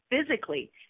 physically